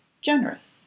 generous